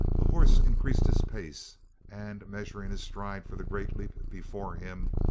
the horse increased his pace and measuring his stride for the great leap before him,